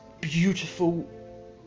beautiful